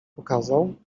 pokazał